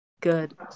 Good